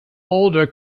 older